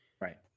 Right